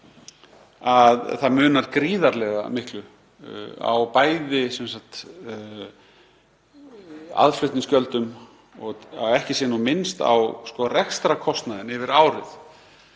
Það munar gríðarlega miklu á aðflutningsgjöldum, svo ekki sé minnst á rekstrarkostnaðinn yfir árið.